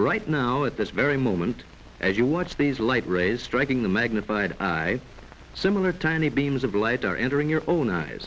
right now at this very moment as you watch these light rays striking the magnified by similar tiny beams of light are entering your own eyes